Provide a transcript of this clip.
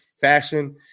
fashion